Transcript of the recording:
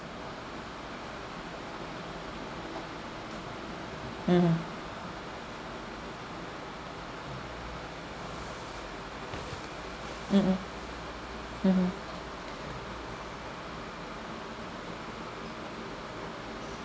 mmhmm mmhmm mmhmm